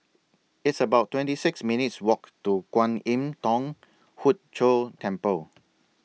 It's about twenty six minutes' Walk to Kwan Im Thong Hood Cho Temple